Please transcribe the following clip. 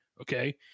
Okay